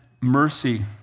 mercy